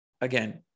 again